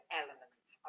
elements